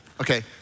Okay